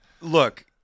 look